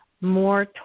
more